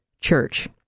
Church